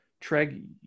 Treg